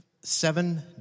seven